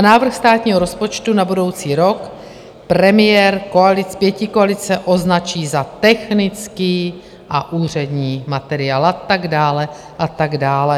návrh státního rozpočtu na budoucí rok premiér pětikoalice označí za technický a úřední materiál a tak dále a tak dále.